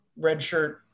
redshirt